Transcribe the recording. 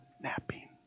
napping